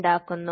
ഉണ്ടാക്കുന്നു